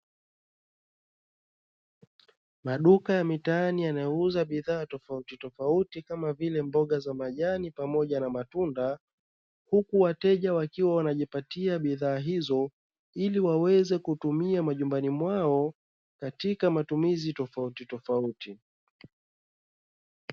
Maduka ya mitaani yanayouza bidhaa tofautitofauti kama vile mboga za majani pamoja na matunda, huku wateja wakiwa wanajipatia bidhaa hizo, ili waweze kutumia majumbani mwao katika matumizi tofautitofauti.